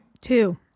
Two